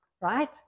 right